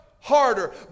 harder